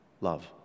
love